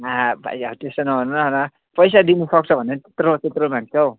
भाइ त्यसो नभन न पैसा दिनुसक्छ भनेर यत्रो यत्रो माग्छौ